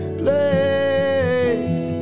place